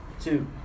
two